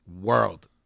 world